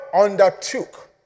undertook